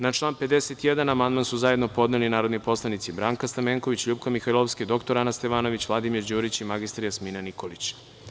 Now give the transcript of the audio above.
Na član 51. amandman su zajedno podneli narodni poslanici Branka Stamenković, LJupka Mihajlovska, dr Ana Stevanović, Vladimir Đurić i mr Jasmina Nikolić.